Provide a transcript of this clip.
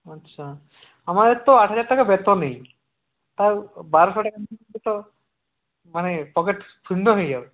আচ্ছা আমাদের তো আট হাজার টাকা বেতনই তাও বারোশো টাকা নিলে তো মানে পকেট শূন্য হয়ে যাবে